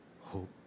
hope